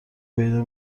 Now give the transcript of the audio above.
پیدا